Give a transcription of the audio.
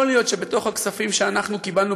יכול להיות שבתוך הכספים שאנחנו קיבלנו